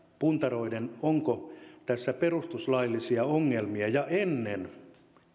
puntaroiden onko tässä perustuslaillisia ongelmia ja ennen